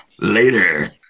Later